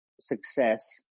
success